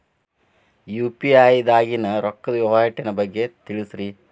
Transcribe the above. UPI ದಾಗಿನ ರೊಕ್ಕದ ವಹಿವಾಟಿನ ಬಗ್ಗೆ ತಿಳಸ್ರಿ